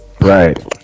right